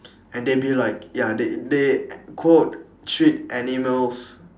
and they be like ya they they quote treat animals